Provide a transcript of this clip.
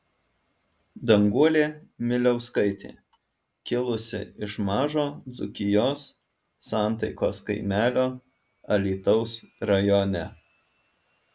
danguolė miliauskaitė kilusi iš mažo dzūkijos santaikos kaimelio alytaus rajone